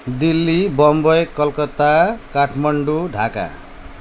Delhi Bombay Calcutta Kathmandu Dhaka